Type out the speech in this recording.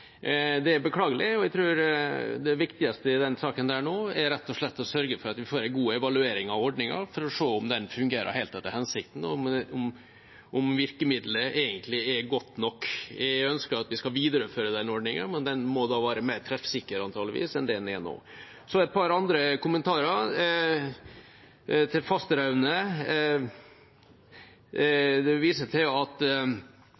Det er beklagelig, og jeg tror det viktigste i den saken rett og slett er å sørge for at vi får en god evaluering av ordningen for å se om den fungerer helt etter hensikten, og om virkemiddelet egentlig er godt nok. Jeg ønsker at vi skal videreføre den ordningen, men den må antakeligvis være mer treffsikker enn det den er nå. Så et par andre kommentarer. Til representanten Fasteraune: